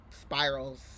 spirals